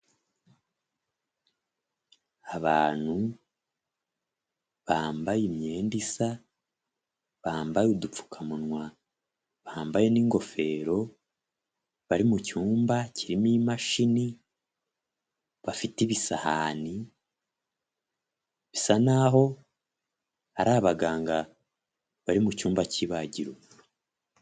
Abantu bambaye imyenda isa, bambaye udupfukamunwa, bambaye n'ingofero, bari mu cyumba kirimo imashini, bafite ibisahani, bisa naho hari abaganga bari mu cyumba cy'ibagiro.